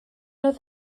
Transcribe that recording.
oedd